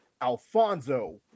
alfonso